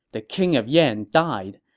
the king of yan died,